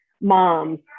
moms